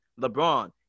LeBron